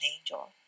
angel